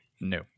No